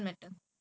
okay